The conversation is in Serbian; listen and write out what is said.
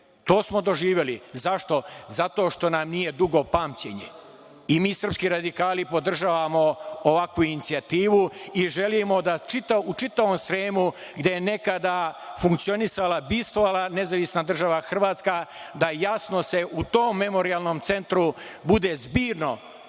To smo doživeli. Zašto? Zato što nam nije dugo pamćenje i mi srpski radikali podržavamo ovakvu inicijativu i želimo da, u čitavom Sremu gde je nekada funkcionisala, bivstvovala Nezavisna Država Hrvatska, u tom memorijalnom centru bude zbirno